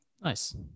nice